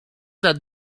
that